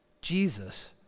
Jesus